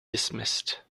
dismissed